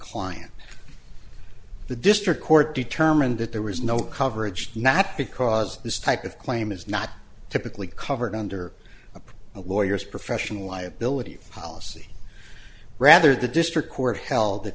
client the district court determined that there was no coverage not because this type of claim is not typically covered under a lawyers professional liability policy rather the district court held th